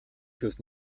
fürs